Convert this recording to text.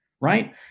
right